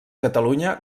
catalunya